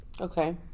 Okay